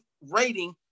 rating